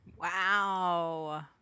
Wow